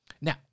Now